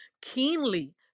keenly